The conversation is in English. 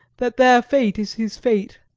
that their fate is his fate.